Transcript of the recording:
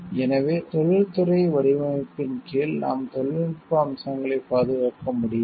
எனவே தொழில்துறை வடிவமைப்பின் கீழ் நாம் தொழில்நுட்ப அம்சங்களை பாதுகாக்க முடியாது